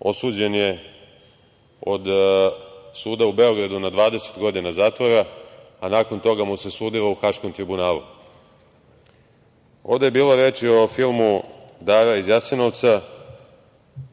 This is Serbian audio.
osuđen je od suda u Beogradu na 20 godina zatvora, a nakon toga mu se sudilo u Haškom tribunalu. Ovde je bilo reči o filmu „Dara iz Jasenovca“